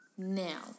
Now